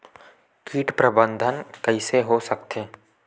कीट प्रबंधन कइसे हो सकथे?